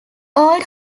old